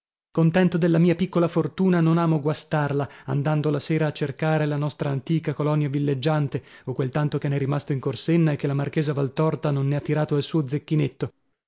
contento della mia piccola fortuna non amo guastarla andando la sera a cercare la nostra antica colonia villeggiante o quel tanto che n'è rimasto in corsenna e che la marchesa valtorta non ne ha tirato al suo zecchinetto